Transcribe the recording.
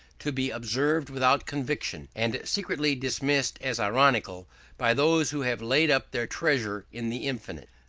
to be observed without conviction, and secretly dismissed as ironical by those who have laid up their treasure in the infinite.